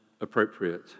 appropriate